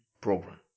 program